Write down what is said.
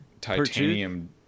titanium